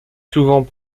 souvent